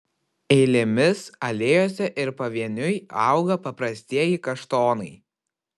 eilėmis alėjose ir pavieniui auga paprastieji kaštonai